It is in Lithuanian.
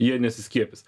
jie nesiskiepys